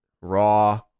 Raw